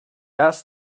asked